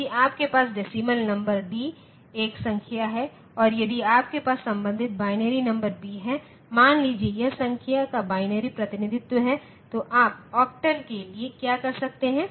यदि आपके पास डेसीमल नंबर D एक संख्या है और यदि आपके पास संबंधित बाइनरी नंबर B है मान लीजिए यह संख्या का बाइनरी प्रतिनिधित्व है तो आप ऑक्टल के लिए क्या कर सकते हैं